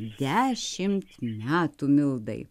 dešimt metų mildai